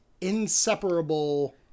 inseparable